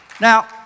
Now